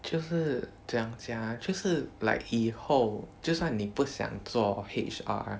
就是怎样讲 ah 就是 like 以后就算你不想做 H_R